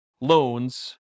loans